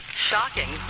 shocking